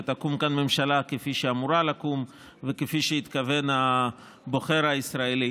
ותקום כאן ממשלה כפי שאמורה לקום וכפי שהתכוון הבוחר הישראלי.